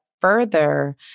further